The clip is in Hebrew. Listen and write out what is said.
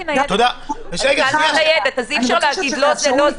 אי אפשר להגיד לא על